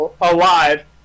Alive